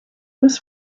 was